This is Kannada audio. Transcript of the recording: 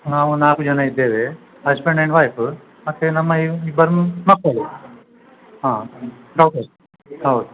ನಾವು ನಾಲ್ಕು ಜನ ಇದ್ದೇವೆ ಹಸ್ಬೆಂಡ್ ಎಂಡ್ ವೈಫು ಮತ್ತು ನಮ್ಮ ಇಬ್ಬರು ಮಕ್ಕಳು ಹಾಂ ಡಾಟರ್ಸ್ ಹೌದು